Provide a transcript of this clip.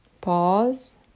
pause